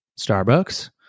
Starbucks